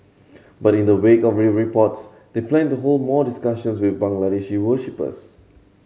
but in the wake of reports they plan to hold more discussions with Bangladeshi worshippers